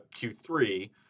Q3